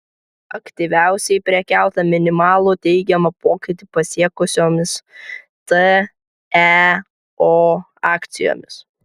aktyviausiai prekiauta minimalų teigiamą pokytį pasiekusiomis teo akcijomis